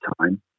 time